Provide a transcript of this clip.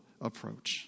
approach